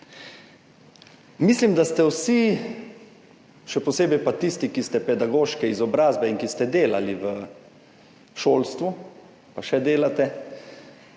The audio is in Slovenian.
Mislim, da ste vsi, še posebej pa tisti, ki ste pedagoške izobrazbe in ki ste delali v šolstvu pa še delate,